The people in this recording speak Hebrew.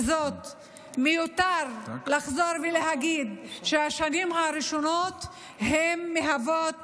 מיותר לחזור ולהגיד שהשנים הראשונות מהוות